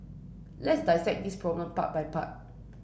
let's dissect this problem part by part